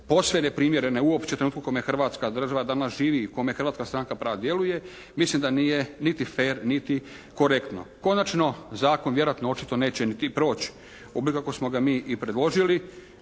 posve neprimjerene, uopće u trenutku u kome hrvatska država danas živi, u kojem Hrvatska stranka prava djeluje, mislim da nije niti fer niti korektno. Konačno zakon vjerojatno očito neće niti proć' u obliku kako smo ga mi predložili.